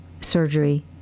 surgery